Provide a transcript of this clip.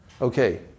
Okay